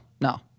no